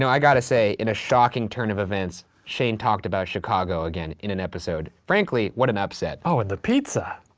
i gotta say, in a shocking turn of events, shane talked about chicago again in an episode. frankly, what an upset. oh and the pizza.